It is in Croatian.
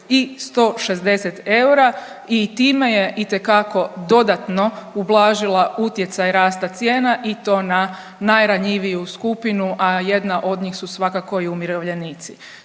i 160 eura i time je itekako dodatno ublažila utjecaj rasta cijena i to na najranjiviju skupinu, a jedna od njih su svakako i umirovljenici.